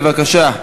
בבקשה.